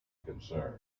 concern